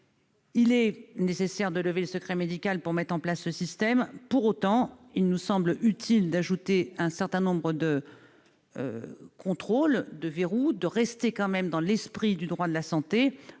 Il est nécessaire de lever le secret médical pour instaurer ce système. Pour autant, il nous semble utile de prévoir un certain nombre de contrôles, de verrous, et de conserver l'esprit du droit de la santé,